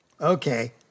Okay